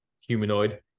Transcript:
humanoid